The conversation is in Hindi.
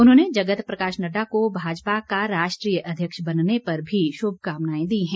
उन्होंने जगत प्रकाश नड्डा को भाजपा का राष्ट्रीय अध्यक्ष बनने पर भी शुभकामनाएं दी हैं